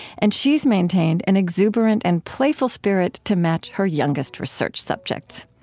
and she's maintained an exuberant and playful spirit to match her youngest research subjects.